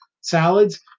salads